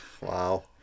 wow